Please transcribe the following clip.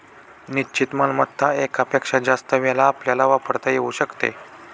निश्चित मालमत्ता एकापेक्षा जास्त वेळा आपल्याला वापरता येऊ शकते